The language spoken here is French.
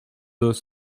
deux